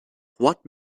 what